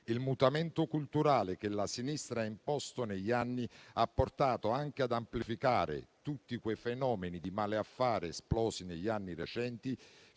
Il mutamento culturale che la sinistra ha imposto negli anni ha portato anche ad amplificare tutti quei fenomeni di male affare esplosi negli anni recenti,